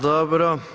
Dobro.